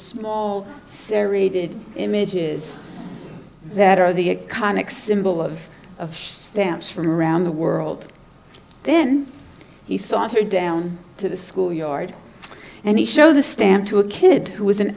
small serrated images that are the conic symbol of of stamps from around the world then he sauntered down to the school yard and he showed the stamp to a kid who was an